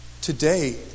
Today